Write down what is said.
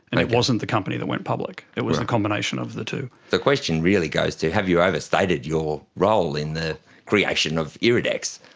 and it wasn't the company that went public, it was the combination of the two. the question really goes to have you overstated your role in the creation of iridex?